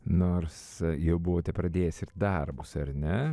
nors jau buvote pradėjęs ir darbus ar ne